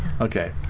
Okay